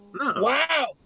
Wow